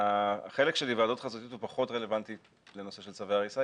החלק של היוועדות חזותית הוא פחות רלוונטי לנושא של צווי הריסה.